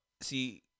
see